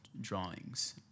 drawings